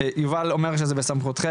יובל לנדשפט אומר שזה בסמכותכם.